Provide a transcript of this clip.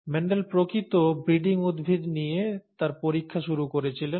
Mendel প্রকৃত breeding উদ্ভিদ true breeding plant নিয়ে তার পরীক্ষা শুরু করেছিলেন